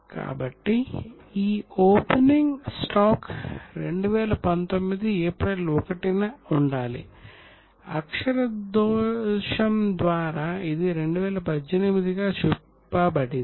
కాబట్టి ఈ opening stock 2019 April 1 న ఉండాలి అక్షర దోషం ద్వారా ఇది 2018 గా చూపబడింది